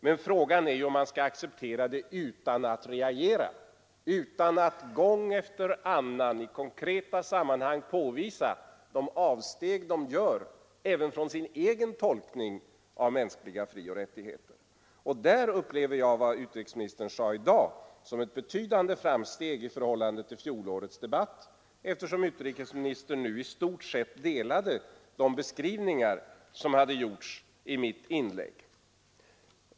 Men frågan är om man skall acceptera det utan att reagera, utan att gång efter annan i konkreta sammanhang påvisa de avsteg de gör även från sin egen tolkning av mänskliga frioch rättigheter. På den punkten upplever jag det som utrikesministern sade i dag som ett betydande framsteg i förhållande till fjolårets debatt, eftersom utrikesministern nu i stort sett instämde i de beskrivningar som jag gjorde i mitt inlägg.